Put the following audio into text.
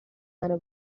منو